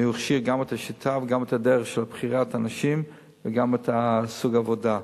והוא הכשיר גם את השיטה וגם את הדרך של בחירת אנשים וגם את סוג העבודה.